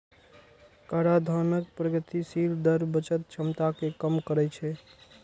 कराधानक प्रगतिशील दर बचत क्षमता कें कम करै छै